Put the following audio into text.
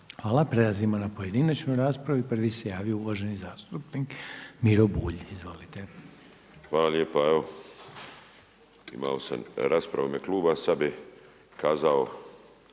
Hvala. Prelazimo na pojedinačnu raspravu i prvi se javio uvaženi zastupnik Miro Bulj. Izvolite. **Bulj, Miro (MOST)** Hvala lijepa. Imao sam raspravu u ime kluba, a sada bi kazao